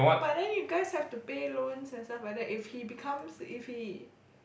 but then you guys have to pay loans and stuff like that if he becomes if he